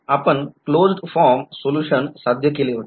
आपण closed form solution साध्य केले होते